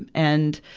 and and,